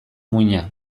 muina